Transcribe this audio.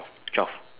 twelve